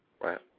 right